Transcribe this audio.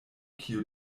kio